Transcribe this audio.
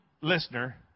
listener